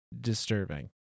disturbing